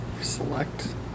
Select